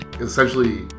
essentially